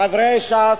חברי ש"ס,